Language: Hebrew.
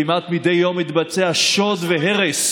כמעט מדי יום מתבצע שוד והרס